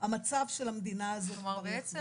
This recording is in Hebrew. המצב של המדינה הזאת כבר יהיה --- כלומר בעצם